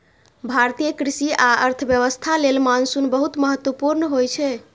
भारतीय कृषि आ अर्थव्यवस्था लेल मानसून बहुत महत्वपूर्ण होइ छै